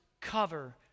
cover